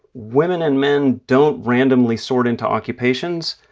women and men don't randomly sort into occupations,